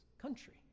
country